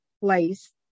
place